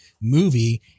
movie